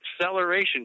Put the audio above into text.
acceleration